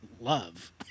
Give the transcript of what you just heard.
love